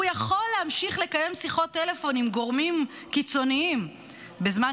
הוא יכול להמשיך לקיים שיחות טלפון עם גורמים קיצוניים בזמן